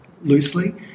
loosely